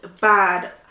bad